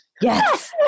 Yes